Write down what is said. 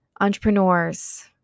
entrepreneurs